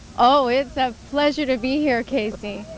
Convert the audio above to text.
oh it's a pleasure to be here, kc.